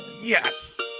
Yes